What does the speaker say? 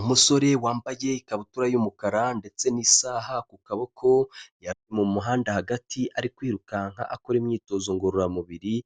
Umusore wambaye ikabutura y'umukara ndetse n'isaha ku kaboko, yari mu muhanda hagati ari kwirukanka akora imyitozo ngororamubiri,